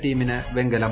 ടീമിന് വെങ്കലം